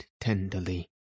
tenderly